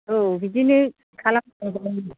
औ बिदिनो खालामनो सानदोंमोन